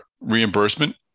reimbursement